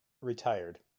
retired